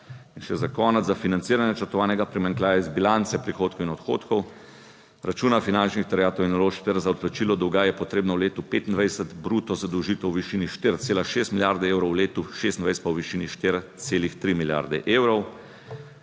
In še za konec, za financiranje načrtovanega primanjkljaja iz bilance prihodkov in odhodkov, računa finančnih terjatev in naložb ter za odplačilo dolga je potrebna v letu 2025 bruto zadolžitev v višini 4,6 milijarde evrov, v letu 2026 pa v višini 4,3 milijarde evrov.